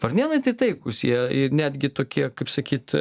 varnėnai tai taikūs jie netgi tokie kaip sakyt